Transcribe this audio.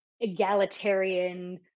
egalitarian